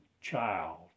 child